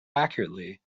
accurately